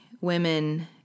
women